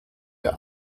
der